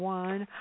one